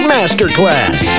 Masterclass